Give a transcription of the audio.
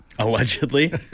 Allegedly